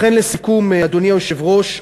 לכן, לסיכום, אדוני היושב-ראש,